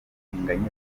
umutinganyi